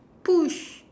push